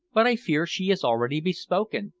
but i fear she is already bespoken,